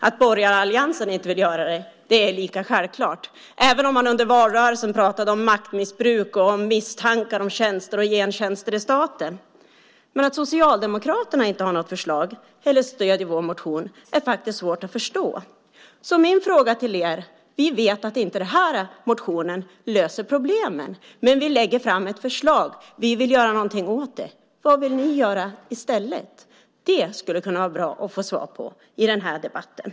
Att borgaralliansen inte vill göra det är lika självklart, även om man under valrörelsen pratade om maktmissbruk och om misstankar om tjänster och gentjänster i staten. Men att Socialdemokraterna inte har något förslag eller stöder vår motion är faktiskt svårt att förstå. Vi vet att den här motionen inte löser problemen, men vi lägger fram ett förslag. Vi vill göra något åt dem. Vad vill ni göra i stället? Det skulle kunna vara bra att få svar på i den här debatten.